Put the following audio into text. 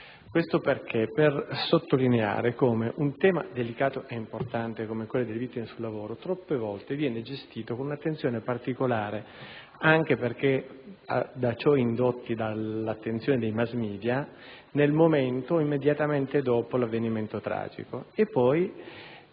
Questo per sottolineare come un tema delicato e importante, come quello delle vittime sul lavoro, troppe volte viene gestito con un'attenzione particolare - a ciò indotti anche dall'attenzione dei *mass media* - nel momento immediatamente successivo all'avvenimento tragico